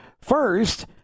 First